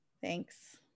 Thanks